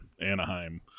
Anaheim